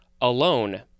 alone